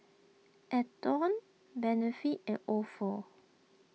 Atherton Benefit and Ofo